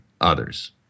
others